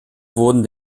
wurden